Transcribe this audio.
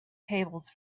tables